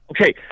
Okay